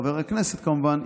חבר הכנסת כמובן,